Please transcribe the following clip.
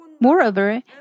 Moreover